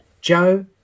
joe